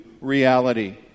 reality